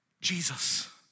Jesus